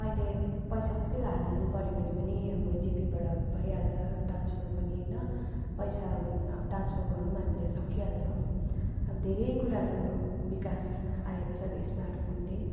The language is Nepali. अहिले पैसा कसैलाई हालिदिनु पऱ्यो भने पनि अब जिपेबाट भइहाल्छ ट्रान्सफर पनि होइन पैसा अब ट्रान्सफर गर्नु पनि हामीले सकिहाल्छौँ अब धेरै कुराहरू विकास आएको छ अब स्मार्ट फोनले